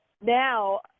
now